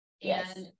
Yes